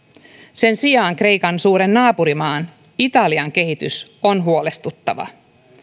sen sijaan kreikan suuren naapurimaan italian kehitys on huolestuttava